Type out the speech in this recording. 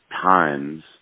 times